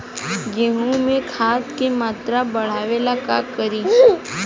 गेहूं में खाद के मात्रा बढ़ावेला का करी?